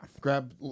Grab